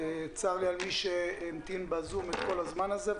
צר לי על מי שהמתין בזום את כל הזמן הזה.